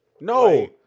No